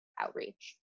outreach